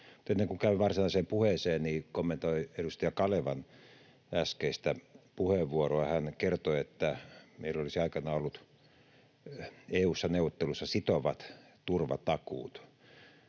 ennen kuin käyn varsinaiseen puheeseen, niin kommentoin edustaja Kalevan äskeistä puheenvuoroa. Hän kertoi, että meillä olisi aikanaan ollut EU:ssa neuvotteluissa sitovat turvatakuut.